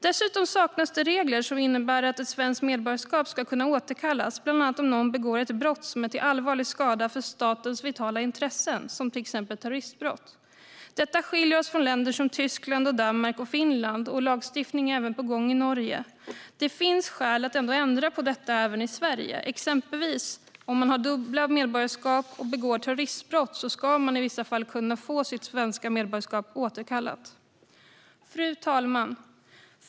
Dessutom saknas det regler som innebär att ett svenskt medborgarskap ska kunna återkallas bland annat då någon begår ett brott som är till allvarlig skada för statens vitala intressen, som till exempel terroristbrott. Detta skiljer oss från länder som Tyskland, Danmark och Finland. Lagstiftning är även på gång i Norge. Det finns skäl att ändra på detta även i Sverige. Exempelvis om man har dubbla medborgarskap och begår terroristbrott ska man i vissa fall kunna få sitt svenska medborgarskap återkallat. Fru talman!